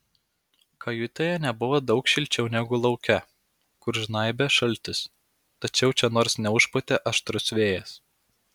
kajutėje nebuvo daug šilčiau negu lauke kur žnaibė šaltis tačiau čia nors neužpūtė aštrus vėjas